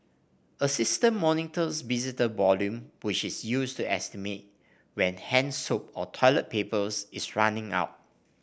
a system monitors visitor volume which is used to estimate when hand soap or toilet paper is running out